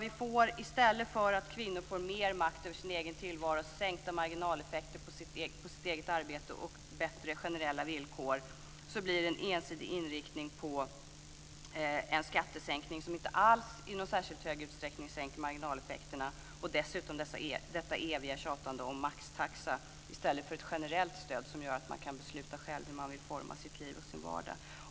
I stället för att kvinnor får mer makt över sin egen tillvaro, sänkta marginaleffekter på sitt eget arbete och bättre generella villkor blir det en ensidig inriktning på en skattesänkning som inte alls i någon särskilt hög utsträckning sänker marginaleffekterna. Dessutom får vi detta eviga tjat om maxtaxa i stället för ett generell stöd som gör att man själv kan besluta hur man vill forma sitt liv och sin vardag.